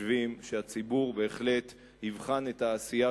חושבים שהציבור בהחלט יבחן את העשייה